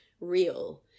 real